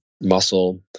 muscle